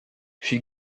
she